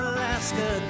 Alaska